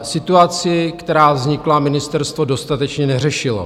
Situaci, která vznikla, ministerstvo dostatečně neřešilo.